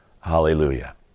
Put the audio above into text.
Hallelujah